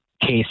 case